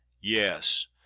Yes